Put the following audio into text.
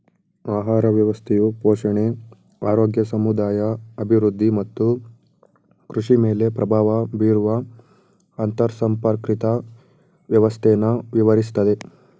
ಆಹಾರ ವ್ಯವಸ್ಥೆಯು ಪೋಷಣೆ ಆರೋಗ್ಯ ಸಮುದಾಯ ಅಭಿವೃದ್ಧಿ ಮತ್ತು ಕೃಷಿಮೇಲೆ ಪ್ರಭಾವ ಬೀರುವ ಅಂತರ್ಸಂಪರ್ಕಿತ ವ್ಯವಸ್ಥೆನ ವಿವರಿಸ್ತದೆ